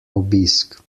obisk